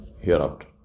hereafter